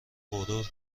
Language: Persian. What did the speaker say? غرور